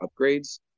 upgrades